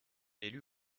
élue